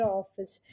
office